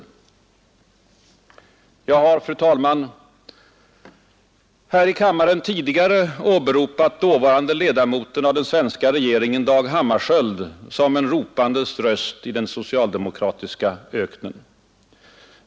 2 december 1971 Jag har, fru talman, här i kammaren tidigare åberopat dåvarande ledamoten av den svenska regeringen, Dag Hammarskjöld, som en Ang. förhandlingarropandes röst i den socialdemokratiska öknen.